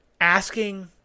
asking